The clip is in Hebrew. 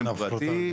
הן עושות מין הפרטה.